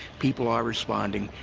people are responding.